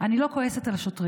אני לא כועסת על השוטרים,